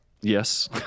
Yes